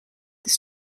this